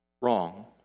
wrong